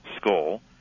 Skull